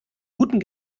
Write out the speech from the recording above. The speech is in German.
guten